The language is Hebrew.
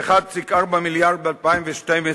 ו-1.4 מיליארד ב-2012,